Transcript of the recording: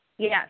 Yes